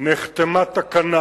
נחתמה תקנה.